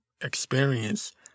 experience